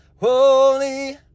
holy